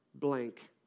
Blank